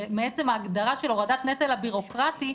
מעצם ההגדרה של הורדת נטל הבירוקרטי,